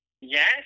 Yes